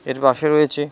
এর পাশে রয়েছে